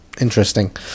interesting